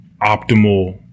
optimal